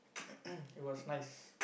it was nice